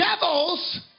devils